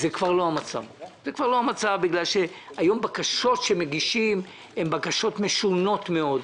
זה כבר לא המצב מכיוון שהיום מגישים בקשות משונות מאוד.